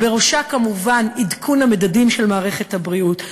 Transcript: שבראשה, כמובן, עדכון המדדים של מערכת הבריאות,